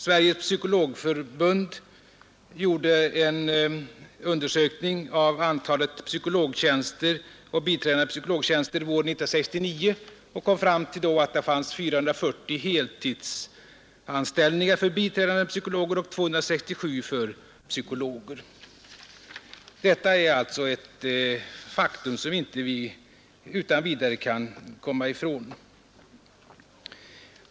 Sveriges Psykologförbund gjorde en undersökning av antalet psykologtjänster och biträdande psykologtjänster våren 1969 och kom fram till att det fanns 440 heltidsanställningar för biträdande psykologer och 267 för psykologer. Detta är alltså ett faktum som vi inte utan vidare kan komma ifrån.